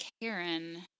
Karen